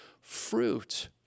fruit